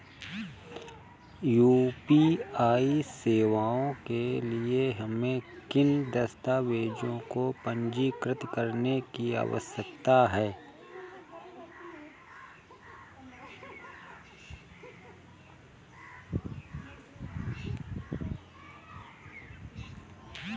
UPI सेवाओं के लिए हमें किन दस्तावेज़ों को पंजीकृत करने की आवश्यकता है?